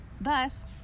thus